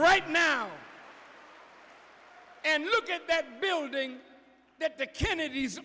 right now and look at that building that the kennedys